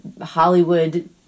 Hollywood